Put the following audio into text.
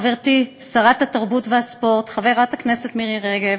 חברתי שרת התרבות והספורט חברת הכנסת מירי רגב,